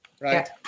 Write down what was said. right